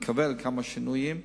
מקווה, כמה שינויים.